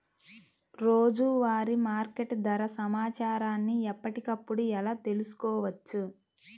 రోజువారీ మార్కెట్ ధర సమాచారాన్ని ఎప్పటికప్పుడు ఎలా తెలుసుకోవచ్చు?